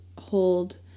hold